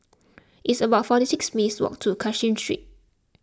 it's about forty six minutes' walk to Cashin Street